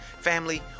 Family